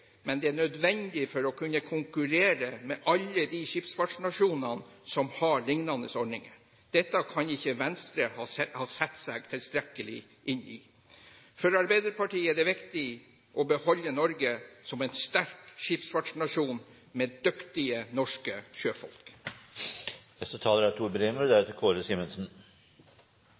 men den er nødvendig for å kunne konkurrere med alle de skipsfartsnasjonene som har lignende ordninger. Dette kan ikke Venstre ha satt seg tilstrekkelig inn i. For Arbeiderpartiet er det viktig å beholde Norge som en sterk skipsfartsnasjon med dyktige norske sjøfolk. Det er